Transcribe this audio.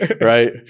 right